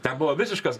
te buvo visiškas